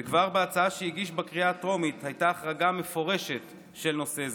וכבר בהצעה שהגיש בקריאה הטרומית הייתה החרגה מפורשת של נושא זה.